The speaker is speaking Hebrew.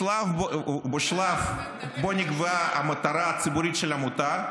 בשלב שבו נקבעה המטרה הציבורית של העמותה,